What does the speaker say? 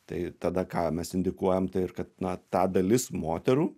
tai tada ką mes indikuojam tai ir kad na ta dalis moterų